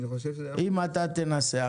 אם אתה תנסח,